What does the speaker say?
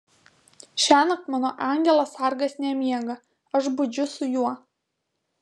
šiąnakt mano angelas sargas nemiega aš budžiu su juo